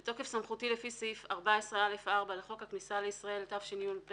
"בתוקף סמכותי לפי סעיף 14 (א)(4) לחוק הכניסה לישראל התשי"ב-1952,